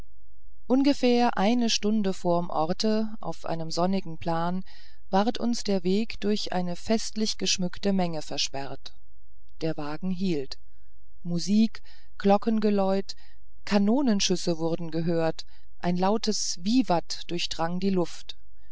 ungefähr eine stunde vom orte auf einem sonnigen plan ward uns der weg durch eine festlich geschmückte menge versperrt der wagen hielt musik glockengeläute kanonenschüsse wurden gehört ein lautes vivat durchdrang die luft